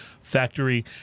Factory